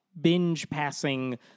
binge-passing